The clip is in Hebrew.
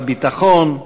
בביטחון,